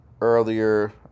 earlier